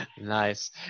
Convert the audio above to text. Nice